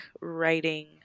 writing